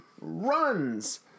runs